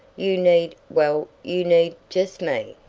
you need well, you need just me.